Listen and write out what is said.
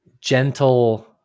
gentle